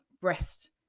breast